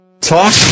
Talk